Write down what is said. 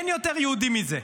ואין יותר יהודי מזה.